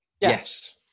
Yes